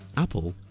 apple,